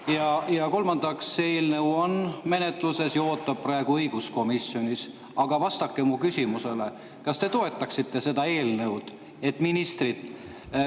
Kolmandaks, see eelnõu on menetluses ja ootab praegu õiguskomisjonis. Aga vastake mu küsimusele: kas te toetaksite seda eelnõu, seda, et ministrid